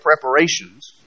preparations